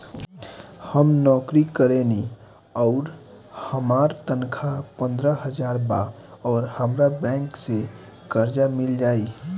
हम नौकरी करेनी आउर हमार तनख़ाह पंद्रह हज़ार बा और हमरा बैंक से कर्जा मिल जायी?